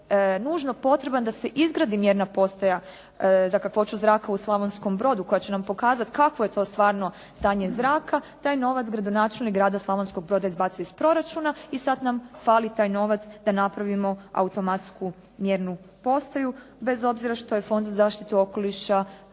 nužno potreban da se izgradi mjerna postaja za kakvoću zraka u Slavonskom brodu koja će nam pokazati kakvo je to stvarno stanje zraka, taj novac gradonačelnik grada Slavonskog broda izbacio iz proračuna i sada nam fali taj novac da napravimo automatsku mjernu postaju bez obzira što je Fond za zaštitu okoliša